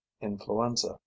Influenza